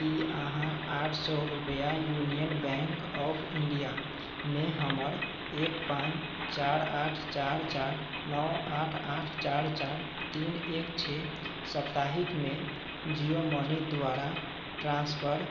की अहाँ आठ सओ रुपैआ यूनियन बैंक ऑफ इण्डियामे हमर एक पाँच चारि आठ चारि चारि नओ आठ आठ चारि चारि तीन एक छओ साप्ताहिकमे जिओ मनी द्वारा ट्रान्सफर